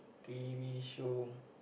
t_v show